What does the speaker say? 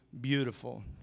beautiful